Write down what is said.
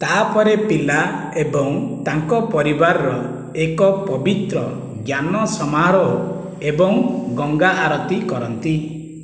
ତା'ପରେ ପିଲା ଏବଂ ତାଙ୍କ ପରିବାର ଏକ ପବିତ୍ର ଜ୍ଞାନ ସମାରୋହ ଏବଂ ଗଙ୍ଗା ଆରତୀ କରନ୍ତି